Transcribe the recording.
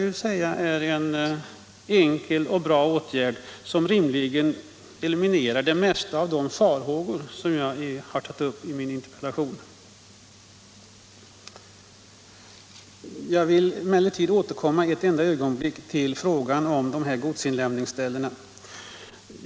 Det är en enkel och bra åtgärd som rimligen eliminerar de flesta av de farhågor jag har tagit upp i min interpellation. Jag vill emellertid återkomma ett enda ögonblick till frågan om de här godsinlämningsställena.